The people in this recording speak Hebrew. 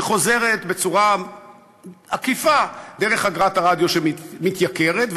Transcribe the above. היא חוזרת בצורה עקיפה דרך אגרת הרדיו שמתייקרת,